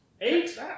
Eight